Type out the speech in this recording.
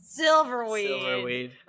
Silverweed